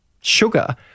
sugar